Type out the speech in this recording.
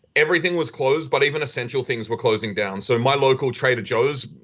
everything was closed, but even essential things were closing down. so my local trader joe's,